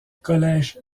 collège